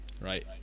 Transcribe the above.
Right